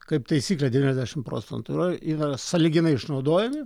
kaip taisyklė devyniasdešimt procentų yra yra sąlyginai išnaudojami